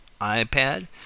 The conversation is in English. iPad